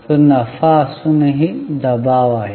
तो नफा असूनही दबाव आहे